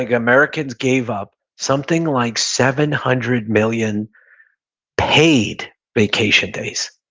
americans gave up something like seven hundred million paid vacation days.